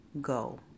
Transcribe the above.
Go